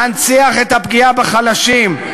מנציח את הפגיעה בחלשים,